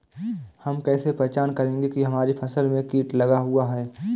हम कैसे पहचान करेंगे की हमारी फसल में कीट लगा हुआ है?